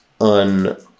un-